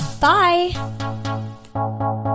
bye